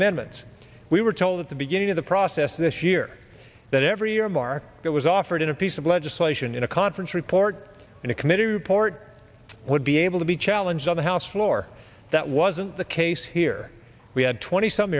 amendments we were told at the beginning of the process this year that every year mark that was offered in a piece of legislation in a conference report and a committee report would be able to be challenged on the house floor that wasn't the case here we had twenty some